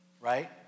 right